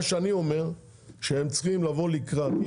מה שאני אומר זה שהם צריכים לבוא לקראת.